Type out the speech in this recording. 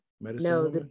No